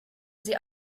sie